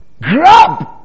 grab